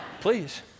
Please